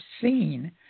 seen